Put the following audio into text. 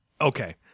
okay